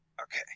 Okay